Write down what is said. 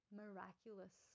miraculous